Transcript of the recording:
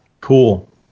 Cool